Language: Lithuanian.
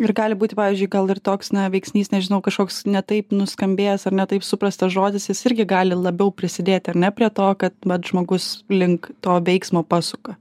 ir gali būti pavyzdžiui gal ir toks veiksnys nežinau kažkoks ne taip nuskambėjęs ar ne taip suprastas žodis jis irgi gali labiau prisidėti ar ne prie to kad vat žmogus link to veiksmo pasuka